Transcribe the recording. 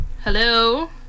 Hello